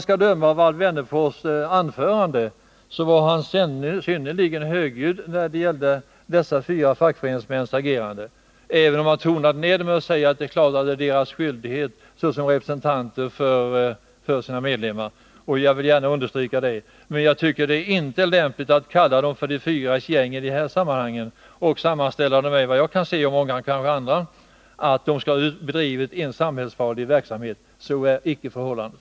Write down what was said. Alf Wennerfors var i sitt anförande synnerligen högljudd när det gällde dessa fyra fackföreningsmäns agerande, även om han tonade ned det hela genom att säga att de handlade i enlighet med sina skyldigheter såsom representanter för sina medlemmar. Jag vill gärna understryka det, och jag tycker inte att det är lämpligt att kalla dem för de fyras gäng och därmed — såsom jag och kanske många andra uppfattar det — göra gällande att de skulle ha bedrivit samhällsfarlig verksamhet. Så är icke förhållandet.